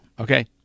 Okay